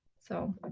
so.